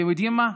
אתם יודעים מה,